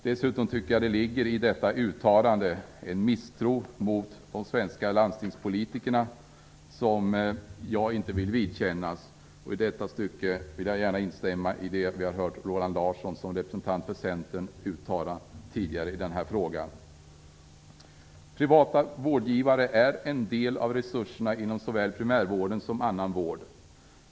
Dessutom tycker jag det ligger i detta uttalande en misstro mot de svenska landstingspolitikerna som jag inte vill vidkännas. I detta stycke vill jag gärna instämma i det vi hört Roland Larsson som representant för Centern uttala tidigare i denna fråga. Privata vårdgivare är en del av resurserna inom såväl primärvården som annan vård.